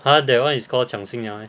ha that one is called 抢新娘 meh